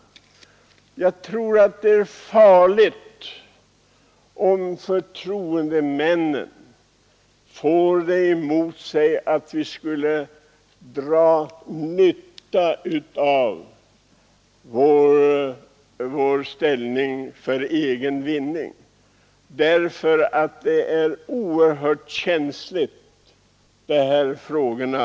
Jag tror att det är farligt om det om förtroendemännen kan hävdas att de skulle dra nytta av sin ställning för egen vinning, ty detta är oerhört känsliga frågor.